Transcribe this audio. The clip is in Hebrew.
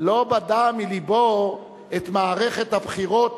לא בדה מלבו את מערכת הבחירות